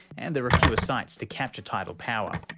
and there are fewer sites to capture tidal power.